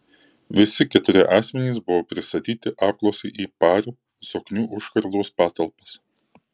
visi keturi asmenys buvo pristatyti apklausai į par zoknių užkardos patalpas